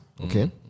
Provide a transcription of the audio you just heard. okay